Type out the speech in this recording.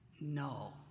No